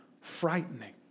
frightening